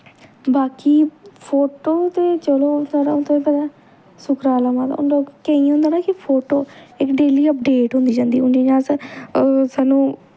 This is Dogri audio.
बाकी फोटो ते चलो थोआड़ा हून तुसें गी पता सुकराला माता हून केईं होंदा न कि फोटो इक डेली अपडेट होंदी जंदी हून जियां अस ओह् सानू